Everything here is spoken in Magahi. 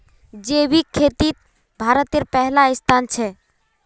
जैविक खेतित भारतेर पहला स्थान छे